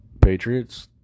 Patriots